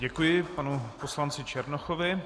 Děkuji panu poslanci Černochovi.